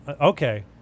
Okay